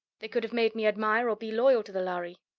they could have made me admire or be loyal to the lhari.